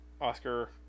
Oscar